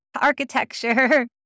architecture